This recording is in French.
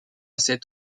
cet